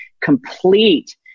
complete